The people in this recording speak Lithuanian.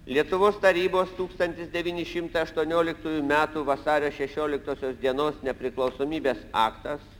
lietuvos tarybos tūkstantis devyni šimtai aštuonioliktųjų metų vasario šešioliktosios dienos nepriklausomybės aktas